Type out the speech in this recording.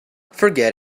forget